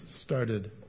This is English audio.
started